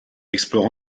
explore